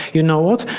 you know what,